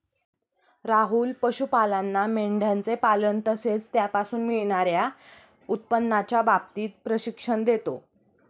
राहुल पशुपालांना मेंढयांचे पालन तसेच त्यापासून मिळणार्या उत्पन्नाच्या बाबतीत प्रशिक्षण देतो